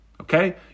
Okay